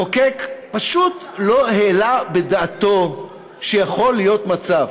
ורק המחוקק פשוט לא העלה בדעתו שיכול להיות מצב